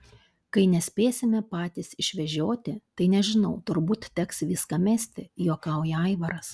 kai nespėsime patys išvežioti tai nežinau turbūt teks viską mesti juokauja aivaras